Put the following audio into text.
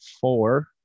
four